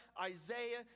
Isaiah